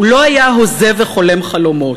הוא לא היה הוזה וחולם חלומות.